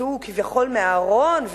שיצאו כביכול מהארון,